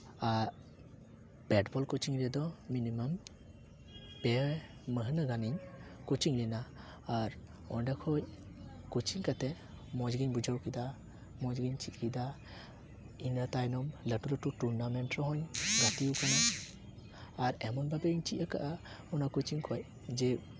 ᱟᱨ ᱵᱮᱴᱵᱚᱞ ᱠᱳᱪᱤᱝ ᱨᱮᱫᱚ ᱢᱤᱱᱤᱢᱟᱢ ᱯᱮ ᱢᱟᱹᱦᱱᱟᱹ ᱜᱟᱱᱤᱧ ᱠᱳᱪᱤᱝ ᱞᱮᱱᱟ ᱟᱨ ᱚᱸᱰᱮ ᱠᱷᱚᱱ ᱠᱳᱪᱤᱝ ᱠᱟᱛᱮᱫ ᱢᱚᱡᱽᱜᱤᱧ ᱵᱩᱡᱷᱟᱹᱣ ᱠᱮᱫᱟ ᱢᱚᱡᱽ ᱜᱤᱧ ᱪᱮᱫ ᱠᱮᱫᱟ ᱤᱱᱟᱹ ᱛᱟᱭᱚᱢ ᱞᱟᱹᱴᱩ ᱞᱟᱹᱴᱩ ᱴᱩᱨᱱᱟᱢᱮᱱᱴ ᱨᱮᱦᱚᱸᱧ ᱜᱟᱛᱮᱭ ᱠᱟᱱᱟ ᱟᱨ ᱮᱢᱚᱱ ᱵᱷᱟᱵᱮᱧ ᱪᱮᱫ ᱟᱠᱟᱫᱼᱟ ᱚᱱᱟ ᱠᱳᱪᱤᱝ ᱠᱷᱚᱱ ᱡᱮ